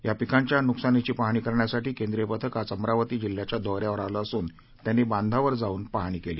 या पिकांच्या नुकसानीची पाहणी करण्यासाठी केंद्रीय पथक आज अमरावती जिल्हाच्या दौऱ्यावर आले असून त्यांनी बांधावर जाऊन पाहणी केली